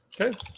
okay